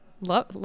Love